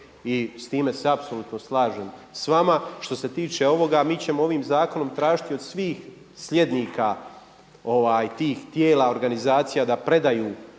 i s time se apsolutno slažem s vama. Što se tiče ovoga, mi ćemo ovim zakonom tražiti od svih slijednika tih tijela organizacija da predaju